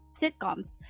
sitcoms